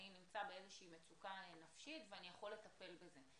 אני נמצא באיזושהי מצוקה נפשית ואני יכול לטפל בזה.